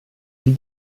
die